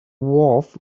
wharf